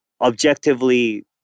Objectively